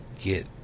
get